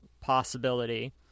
possibility